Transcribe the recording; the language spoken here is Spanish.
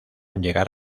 llegar